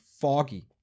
Foggy